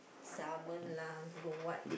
salmon lah don't know what